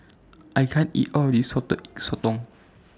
I can't eat All of This Salted Egg Sotong